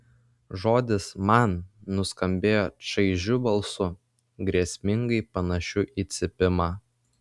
žodis man nuskambėjo čaižiu balsu grėsmingai panašiu į cypimą